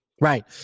Right